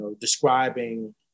describing